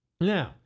Now